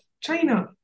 China